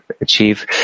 achieve